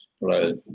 Right